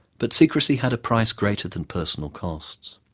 but secrecy had a price greater than personal costs.